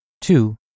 Two